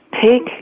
take